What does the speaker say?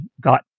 got